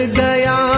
gaya